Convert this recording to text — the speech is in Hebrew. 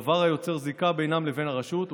דבר היוצר זיקה בינם לבין הרשות,